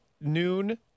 noon